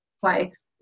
place